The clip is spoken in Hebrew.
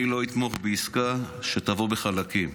מבחינתי: אני לא אתמוך בעסקה שתבוא בחלקים.